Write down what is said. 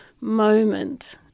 moment